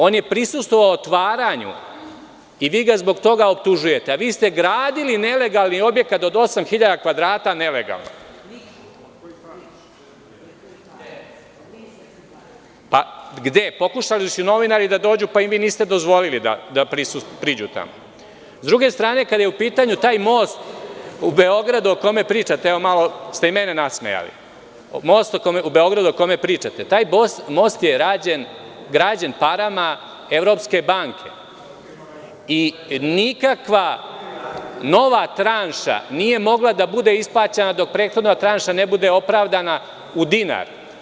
On je prisustvovao otvaranju i vi ga zbog toga optužujete, a vi ste gradili nelegalni objekat od 8.000 kvadrata nelegalno. (Velimir Ilić: Gde?) Pokušali su novinari da nađu, ali im vi niste dozvolili da priđu. (Velimir Ilić: Gde?) S druge strane, kada je u pitanju taj most u Beogradu o kome pričate, malo ste i mene nasmejali, taj most je građen parama Evropske banke i nikakva nova tranša nije mogla da bude isplaćena dok prethodna tranša ne bude opravdana u dinar.